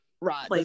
right